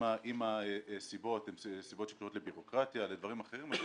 אם הסיבות הן סיבות שקשורות לבירוקרטיה ולדברים אחרים.